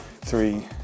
three